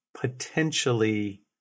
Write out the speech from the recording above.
potentially